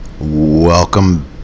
Welcome